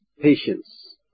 patience